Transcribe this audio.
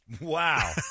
Wow